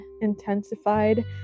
intensified